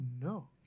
no